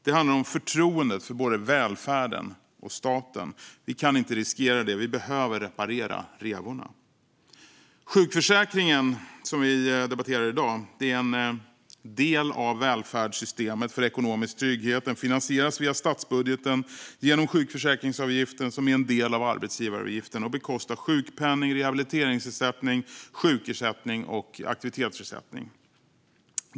Det handlar om förtroendet för både välfärden och staten. Vi kan inte riskera det; vi behöver reparera revorna. Sjukförsäkringen, som vi debatterar i dag, är en del av välfärdsystemet för ekonomisk trygghet. Den finansieras via statsbudgeten genom sjukförsäkringsavgiften, som är en del av arbetsgivaravgiften, och bekostar sjukpenning, rehabiliteringsersättning, sjukersättning och aktivitetsersättning.